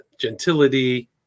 gentility